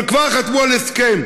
אבל כבר חתמו על הסכם.